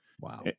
Wow